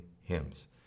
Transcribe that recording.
hymns